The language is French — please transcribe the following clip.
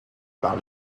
par